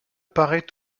paraît